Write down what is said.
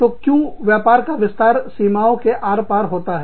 तो क्यों व्यापार का विस्तार सीमाओं के आर पार होता है